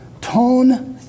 Tone